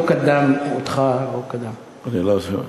לא קדם אותי, קדם לי.